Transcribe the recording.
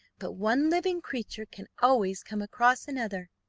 but one living creature can always come across another.